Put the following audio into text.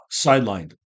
sidelined